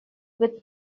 with